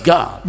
God